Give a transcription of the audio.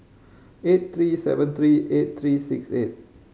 eight three seven three eight three six eight